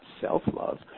self-love